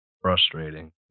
frustrating